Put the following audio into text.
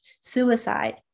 suicide